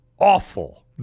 awful